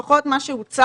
לפחות מה שהוצג,